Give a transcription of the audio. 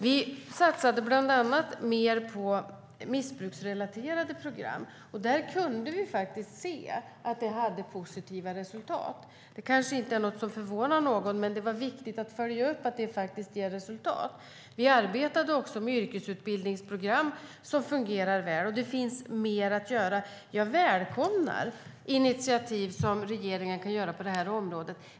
Vi satsade bland annat mer på missbruksrelaterade program och kunde se att de hade positiva resultat. Det kanske inte förvånar någon, men det var viktigt att följa upp att det faktiskt ger resultat. Vi arbetade också med yrkesutbildningsprogram som fungerar väl, och det finns mer att göra. Jag välkomnar de initiativ som regeringen kan ta på det här området.